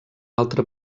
altre